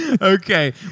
Okay